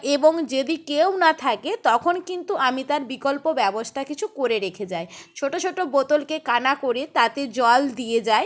এবং যদি কেউ না থাকে তখন কিন্তু আমি তার বিকল্প ব্যবস্থা কিছু করে রেখে যাই ছোটো ছোটো বোতলকে কানা করে তাতে জল দিয়ে যাই